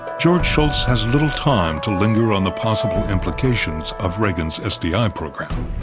george shultz has little time to linger on the possible implications of reagan's s d i. program.